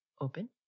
open